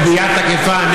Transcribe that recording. וביד תקיפה,